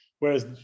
Whereas